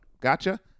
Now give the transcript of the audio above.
Gotcha